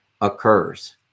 occurs